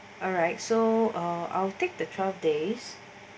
alright so uh I'll take the twelve days